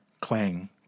clang